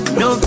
no